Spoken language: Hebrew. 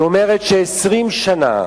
היא אומרת ש-20 שנה